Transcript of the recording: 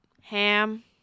Ham